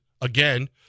again